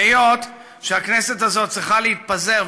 והיות שהכנסת הזאת צריכה להתפזר,